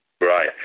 Right